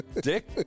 Dick